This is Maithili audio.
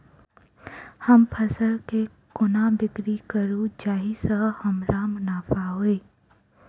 हम फसल केँ कोना बिक्री करू जाहि सँ हमरा मुनाफा होइ?